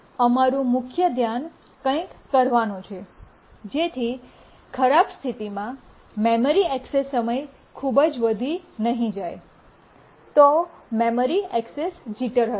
અહીં અમારું મુખ્ય ધ્યાન કંઇક કરવાનું છે જેથી ખરાબ સ્થિતિમાં મેમરી ઍક્સેસ સમય ખૂબ જ વધી જાય નહીં તો ત્યાં મેમરી ઍક્સેસ જીટર હશે